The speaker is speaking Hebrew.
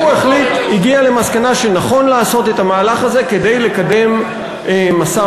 הוא הגיע למסקנה שנכון לעשות את המהלך הזה כדי לקדם משא-ומתן.